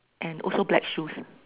and also black shoes